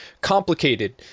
complicated